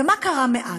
ומה קרה מאז?